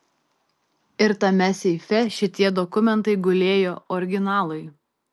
ir tame seife šitie dokumentai gulėjo originalai